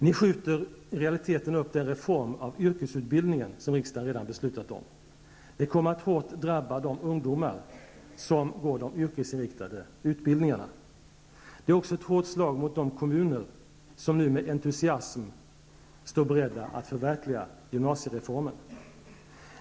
Ni skjuter i realiteten upp den reform av yrkesutbildningen som riksdagen redan beslutat om. Det kommer att hårt drabba de ungdomar som går de yrkesinriktade utbildningarna. Det är också ett hårt slag mot de kommuner som nu med entusiasm står beredda att förverkliga gymnasiereformen.